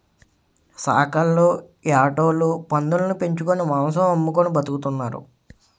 సాకల్లు యాటోలు పందులుని పెంచుకొని మాంసం అమ్ముకొని బతుకుతున్నారు